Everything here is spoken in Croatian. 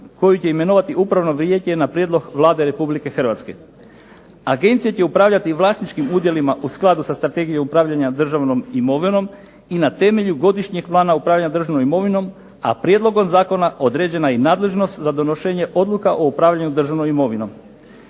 koje će imenovati upravno vijeće na prijedlog Vlade Republike Hrvatske. Agencija će upravljati vlasničkim udjelima u skladu sa strategijom upravljanja državnom imovinom i na temelju Godišnjeg plana upravljanja državnom imovinom, a prijedlogom zakona određena je i nadležnost za donošenje odluka o upravljanju državnom imovinom.